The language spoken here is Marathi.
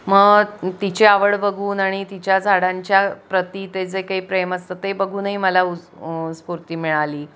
मग तिची आवड बघून आणि तिच्या झाडांच्या प्रती ते जे काही प्रेम असतं ते बघूनही मला उ स्फूर्ती मिळाली